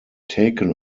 taken